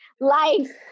life